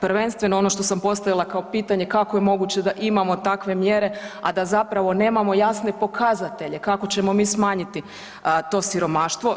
Prvenstveno ono što sam postavila kao pitanje kako je moguće da imamo takve mjere, a da zapravo nemamo jasne pokazatelje kako ćemo mi smanjiti to siromaštvo.